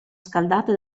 scaldate